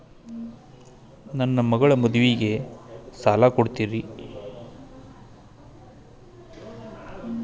ನನ್ನ ಮಗಳ ಮದುವಿಗೆ ಸಾಲ ಕೊಡ್ತೇರಿ?